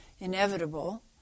inevitable